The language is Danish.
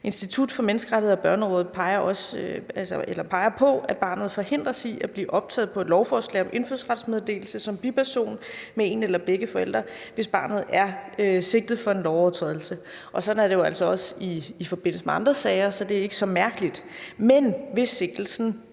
Institut for Menneskerettigheder og Børnerådet peger på, at et barn forhindres i at blive optaget på et lovforslag om indfødsrets meddelelse som biperson med en eller begge forældre, hvis barnet er sigtet for en lovovertrædelse, og sådan er det jo altså også i forbindelse med andre sager, så det er ikke så mærkeligt. Men hvis sigtelsen